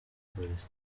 police